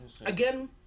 again